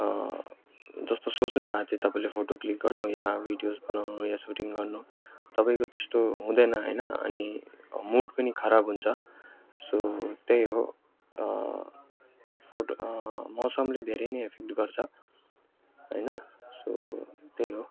जस्तो सोच्नुभएको थियो तपाईँले फोटो क्लिक गर्नु या भिडियोज बनाउनु या सुटिङ गर्नु तपाईँको त्यस्तो हुँदैन होइन अनि मुड पनि खराब हुन्छ सो त्यही हो फोटो मौसमले धेरै नै एफेक्ट गर्छ होइन सो त्यही हो